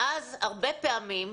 הרבה פעמים,